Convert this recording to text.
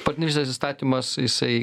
partnerystės įstatymas jisai